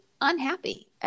unhappy